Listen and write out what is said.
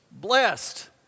Blessed